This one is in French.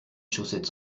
chaussettes